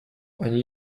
они